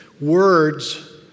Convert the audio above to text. Words